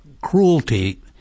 cruelty